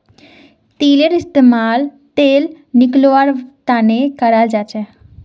तिलेर इस्तेमाल तेल निकलौव्वार तने कराल जाछेक